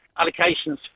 allocations